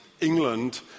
England